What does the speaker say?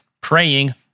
praying